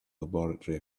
laboratory